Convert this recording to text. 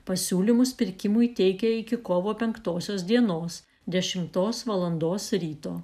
pasiūlymus pirkimui teikia iki kovo penktosios dienos dešimtos valandos ryto